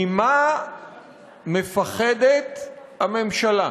ממה מפחדת הממשלה?